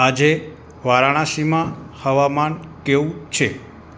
આજે વારાણસીમાં હવામાન કેવું છે